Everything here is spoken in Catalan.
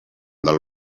del